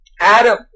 Adam